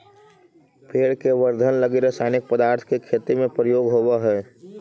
पेड़ के वर्धन लगी रसायनिक पदार्थ के खेती में प्रयोग होवऽ हई